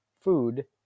food